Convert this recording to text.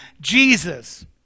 Jesus